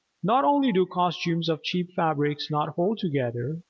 not only do costumes of cheap fabrics not hold together,